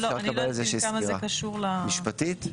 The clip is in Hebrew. אפשר לקבל על זה סקירה משפטית.